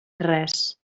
res